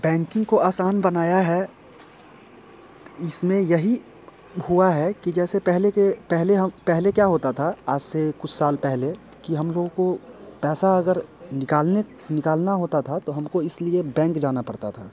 banking को आसान बनाया है इस में यही हुआ है कि जैसे पहले के पहले हम पहले क्या होता था आज से कुछ साल पहले कि हम लोगों को पैसा अगर निकालने निकालना होता था तो हम को इस लिए बैंक जाना पड़ता था